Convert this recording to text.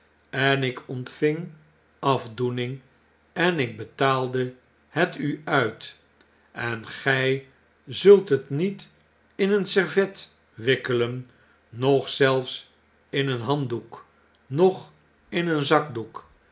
en ik ontving afdoening en ik betaalde het u uit en gy zult het met in een servet wikkelen noch zelfs in een handdoek noch in een zakdoek